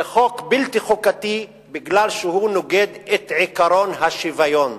זה חוק בלתי חוקתי, כי הוא נוגד את עקרון השוויון.